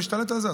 נשתלט על זה.